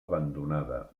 abandonada